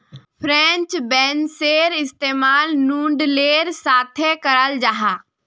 French बेंसेर इस्तेमाल नूडलेर साथे कराल जाहा